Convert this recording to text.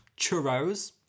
churros